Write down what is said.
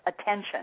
attention